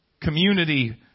community